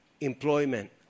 employment